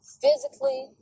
physically